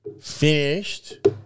finished